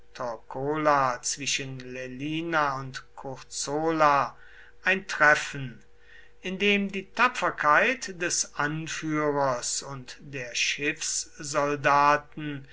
zwischen lelina und curzola ein treffen in dem die tapferkeit des anführers und der